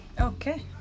Okay